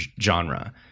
genre